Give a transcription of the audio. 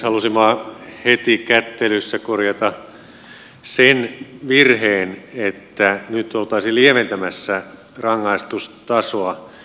halusin vain heti kättelyssä korjata sen virheen että nyt oltaisiin lieventämässä rangaistustasoa